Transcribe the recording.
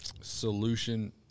solution